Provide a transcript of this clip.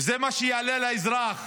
וזה מה שיעלה לאזרח